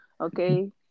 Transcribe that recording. okay